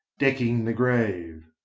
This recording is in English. decking the grave.